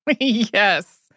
Yes